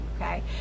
okay